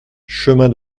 chemin